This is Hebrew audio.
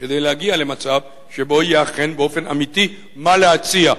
כדי להגיע למצב שבו יהיה אכן באופן אמיתי מה להציע.